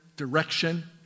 Direction